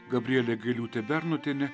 gabrielė gailiūtė bernotienė